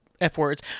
F-words